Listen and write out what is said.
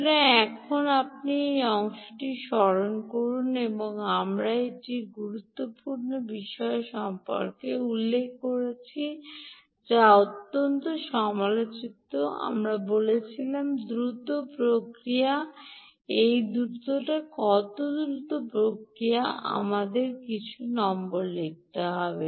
সুতরাং এখন আপনি এই অংশটি স্মরণ করুন আমরা একটি গুরুত্বপূর্ণ বিষয় সম্পর্কে উল্লেখ করেছি যা অত্যন্ত সমালোচিত আমরা বলেছিলাম দ্রুত প্রতিক্রিয়া এই দ্রুত কত দ্রুত প্রতিক্রিয়া আমাদের কিছু নম্বর লিখতে হবে